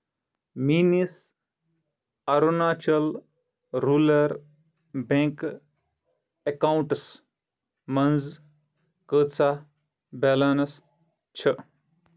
میٲنِس Arunachal rural bank accounts منٛز کۭژاہ بیلنس چھِ